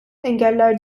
engeller